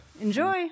Enjoy